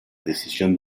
decisión